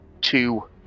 two